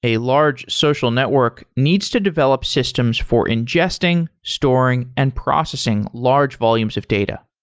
a large social network needs to develop systems for ingesting, storing and processing large volumes of data.